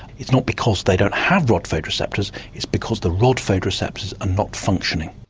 it's not because they don't have rod photoreceptors it's because the rod photoreceptors are not functioning.